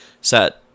set